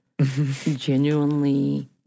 genuinely